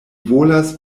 volas